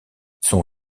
son